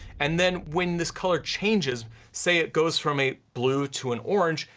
and then when this color changes, say it goes from a blue to an orange,